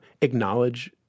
acknowledge